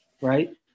Right